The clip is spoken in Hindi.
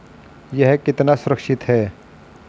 यह कितना सुरक्षित है?